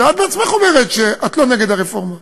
ואת בעצמך אומרת שאת לא נגד הרפורמה,